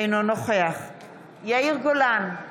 אינו נוכח יאיר גולן,